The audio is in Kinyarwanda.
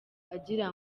agira